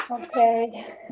Okay